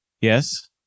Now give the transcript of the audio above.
Yes